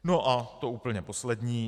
No a to úplně poslední.